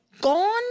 gone